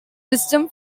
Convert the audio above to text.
wisdom